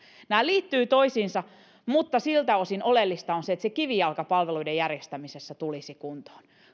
nämä liittyvät toisiinsa mutta siltä osin oleellista on se että se kivijalka palveluiden järjestämisessä tulisi kuntoon